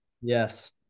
yes